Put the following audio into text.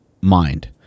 mind